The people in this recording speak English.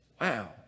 Wow